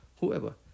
whoever